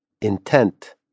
intent